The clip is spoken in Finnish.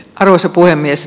arvoisa puhemies